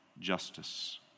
justice